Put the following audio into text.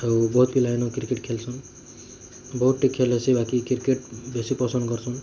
ଆଉ ବହୁତ୍ ପିଲାମାନୁ କ୍ରିକେଟ୍ ଖେଲ୍ସନ୍ ବହୁତ୍ ଟି ଖେଲେସି ବାକି କ୍ରିକେଟ୍ ବେଶୀ ପସନ୍ଦ କରୁସନ୍